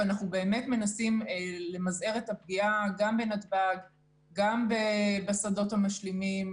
ואנחנו מנסים למזער את הפגיעה גם בנתב"ג וגם בשדות המשלימים,